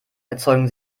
erzeugen